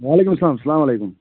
وَعلیکُم السَلام السَلام علیکُم